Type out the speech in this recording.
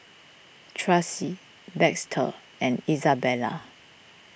Tracie Baxter and Izabella